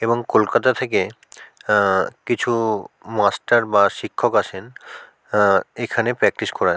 এবং কলকাতা থেকে কিছু মাস্টার বা শিক্ষক আসেন এখানে প্র্যাকটিস করান